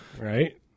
Right